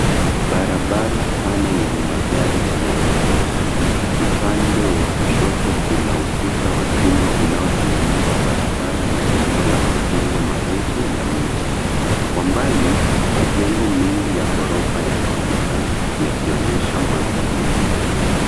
Barabara pana yenye magari yanayopita, upande wa kushoto kuna ukuta wa chuma unaotenganisha barabara na eneo la majengo marefu na miji. Kwa mbali, majengo mengi ya ghorofa yanaonekana yakionyesha mandari ya miji.